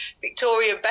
Victoria